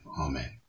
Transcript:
Amen